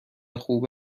خوب